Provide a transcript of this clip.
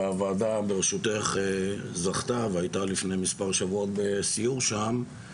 והוועדה בראשותך זכתה והייתה לפני מספר שבועות בסיור שם,